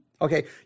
Okay